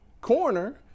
corner